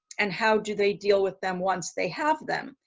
and how do they deal with them once they have them?